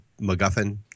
MacGuffin